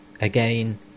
Again